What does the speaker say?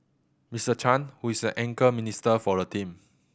Mister Chan who is the anchor minister for the team